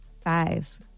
Five